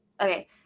Okay